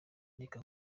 reka